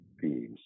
themes